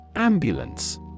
Ambulance